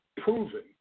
proven